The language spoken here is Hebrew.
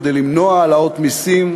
כדי למנוע העלאות מסים,